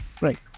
Right